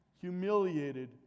humiliated